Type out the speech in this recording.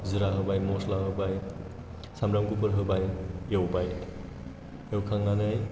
जिरा होबाय मस्ला होबाय साम्ब्राम गुफुर होबाय एवबाय एवखांनानै